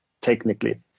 technically